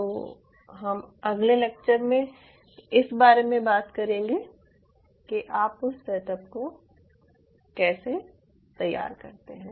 तो हम अगले लेक्चर में इस बारे में बात करेंगे कि आप उस सेटअप को कैसे तैयार करते हैं